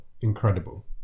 Incredible